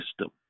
system